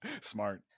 Smart